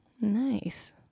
Nice